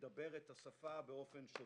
לדבר את השפה באופן שוטף.